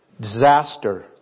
disaster